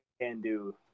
can-do